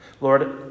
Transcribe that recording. Lord